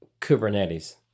Kubernetes